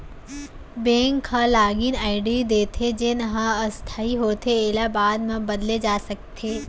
bank ह login ID देथे जेन ह अस्थाई होथे एला बाद म बदले जा सकत हे